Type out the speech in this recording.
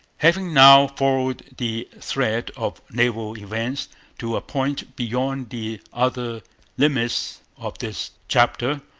having now followed the thread of naval events to a point beyond the other limits of this chapter,